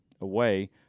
away